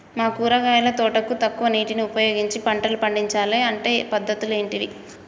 మా కూరగాయల తోటకు తక్కువ నీటిని ఉపయోగించి పంటలు పండించాలే అంటే పద్ధతులు ఏంటివి?